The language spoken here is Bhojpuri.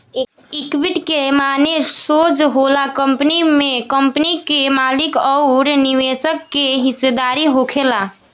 इक्विटी के माने सोज होला कंपनी में कंपनी के मालिक अउर निवेशक के हिस्सेदारी होखल